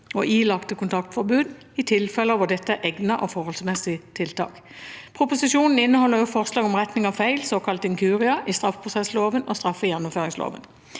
og ilagte kontaktforbud i tilfeller hvor dette er et egnet og forholdsmessig tiltak. Proposisjonen inneholder også forslag om retting av feil, såkalte inkurier, i straffeprosessloven og straffegjennomføringsloven.